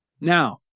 Now